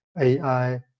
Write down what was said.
AI